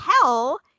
tell